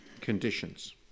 conditions